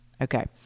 Okay